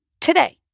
Today